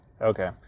Okay